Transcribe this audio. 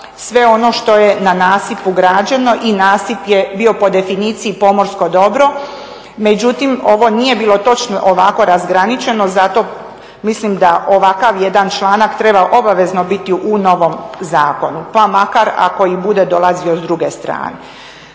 sve ono što je na nasipu građeno i nasip je bio po definiciji pomorsko dobro, međutim ovo nije bilo točno ovako razgraničeno. Zato mislim da ovakav jedan članak treba obavezno biti u novom zakonu, pa makar ako i bude dolazio s druge strane.